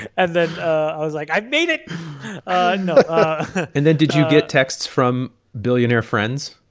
and then i was like, i've made it. ah no and then did you get texts from billionaire friends?